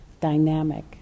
dynamic